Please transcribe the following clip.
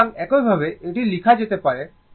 সুতরাং একইভাবে এটি লেখা যেতে পারে